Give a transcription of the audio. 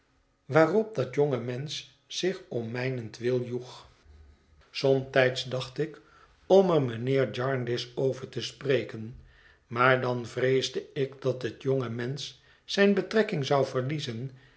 waarop dat jonge mensch zich om mijnentwil joeg somtijds dacht ik om er mijnheer jarndyce over te spreken maar dan vreesde ik dat het jonge mensch zijne betrekking zou verliezen